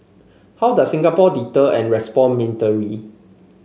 how does Singapore deter and respond militarily